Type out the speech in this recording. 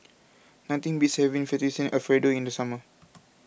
nothing beats having Fettuccine Alfredo in the summer